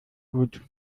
gut